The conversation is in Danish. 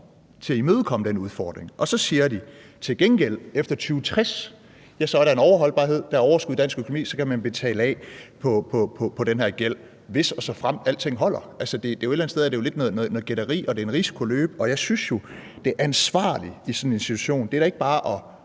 til at imødekomme den udfordring. Og så siger de: Til gengæld, efter 2060, er der en overholdbarhed, der er overskud i dansk økonomi, og så kan man betale af på den her gæld, hvis og såfremt alting holder. Et eller andet sted er det jo lidt noget gætteri, og det er en risiko at løbe. Jeg synes jo, at det ansvarlige i sådan en situation da ikke bare er